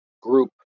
group